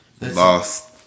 Lost